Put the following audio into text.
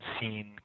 seen